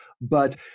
but-